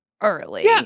Early